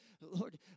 Lord